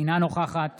אינה נוכחת